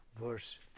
verse